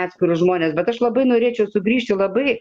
atskirus žmones bet aš labai norėčiau sugrįžti labai